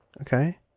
Okay